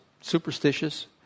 superstitious